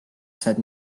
saad